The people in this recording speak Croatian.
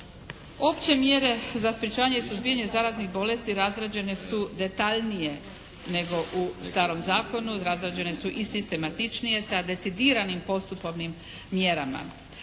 Opće mjere za sprečavanje i suzbijanje zaraznih bolesti razrađene su detaljnije nego u starom zakonu. Razrađene su i sistematičnije sa decidiranim postupovnim mjerama.